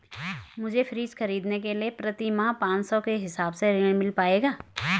मुझे फ्रीज खरीदने के लिए प्रति माह पाँच सौ के हिसाब से ऋण मिल पाएगा?